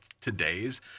today's